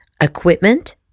equipment